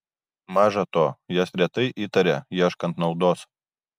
maža to jas retai įtaria ieškant naudos